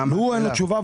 לו אין תשובה,